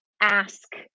ask